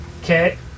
Okay